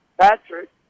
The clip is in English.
Patrick